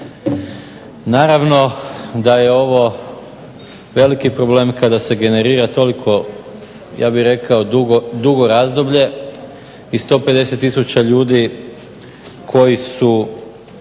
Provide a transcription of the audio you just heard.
Naravno da je ovo veliki problem kada se generira toliko ja bih rekao dugo razdoblje i 150 tisuća ljudi koji su